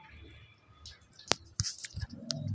వ్యాపారస్తులకు రైతులకు అందరికీ వారి పనుల కోసం పెట్టుబడి ఇత్తారు